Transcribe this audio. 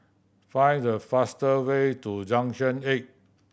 find the faster way to Junction Eight